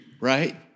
right